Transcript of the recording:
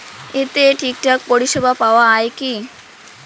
এতে ঠিকঠাক পরিষেবা পাওয়া য়ায় কি?